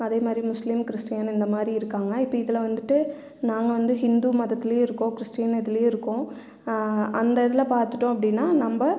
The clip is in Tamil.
அது மாதிரி முஸ்லீம் கிறிஸ்டின் இந்தமாதிரி இருக்காங்க இப்போ இதில் வந்துட்டு நாங்கள் வந்து ஹிந்து மதத்துலேயும் இருக்கோம் கிறிஸ்டின் இதுலேயும் இருக்கோம் அந்த இதில் பார்த்துட்டோம் அப்படினா நம்ம